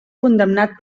condemnat